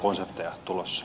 herra puhemies